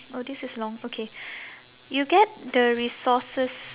oh this is long okay you get the resources